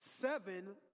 seven